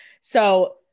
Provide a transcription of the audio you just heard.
So-